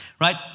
Right